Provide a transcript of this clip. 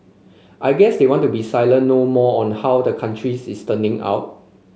I guess they want to be silent no more on how the country is turning out